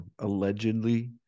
allegedly